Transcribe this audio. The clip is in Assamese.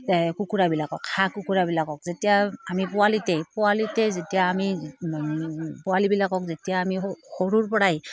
এই কুকুৰাবিলাকক হাঁহ কুকুৰাবিলাকক যেতিয়া আমি পোৱালিতেই পোৱালিতেই যেতিয়া আমি পোৱালিবিলাকক যেতিয়া আমি সৰুৰপৰাই